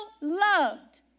loved